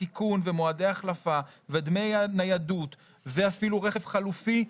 תיקון ומועדי החלפה ודמי הניידות ואפילו רכב חלופי,